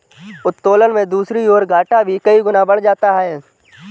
उत्तोलन में दूसरी ओर, घाटा भी कई गुना बढ़ जाता है